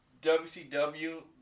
WCW